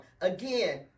again